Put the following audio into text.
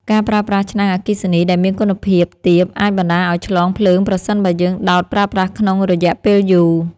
ការប្រើប្រាស់ឆ្នាំងអគ្គិសនីដែលមានគុណភាពទាបអាចបណ្តាលឱ្យឆ្លងភ្លើងប្រសិនបើយើងដោតប្រើប្រាស់ក្នុងរយៈពេលយូរ។